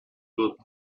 good